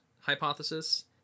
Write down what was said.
hypothesis